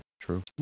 true